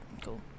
cool